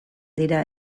dira